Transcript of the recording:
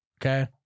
Okay